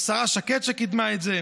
לשרה שקד, שקידמה את זה,